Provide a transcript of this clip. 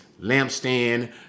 lampstand